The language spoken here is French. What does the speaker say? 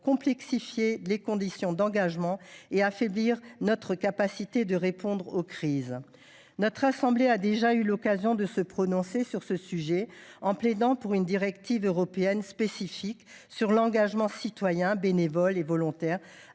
complexifier les conditions d’engagement et affaiblir notre capacité de réponse aux crises. Notre assemblée a déjà eu l’occasion de se prononcer sur ce sujet. Elle a plaidé pour une directive européenne spécifique encadrant l’engagement citoyen bénévole et volontaire,